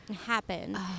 happen